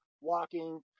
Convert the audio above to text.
walking